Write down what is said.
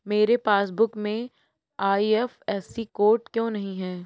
मेरे पासबुक में IFSC code क्यो नहीं है?